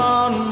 on